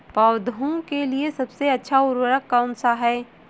पौधों के लिए सबसे अच्छा उर्वरक कौनसा हैं?